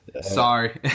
Sorry